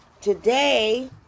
Today